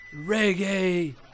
Reggae